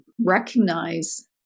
recognize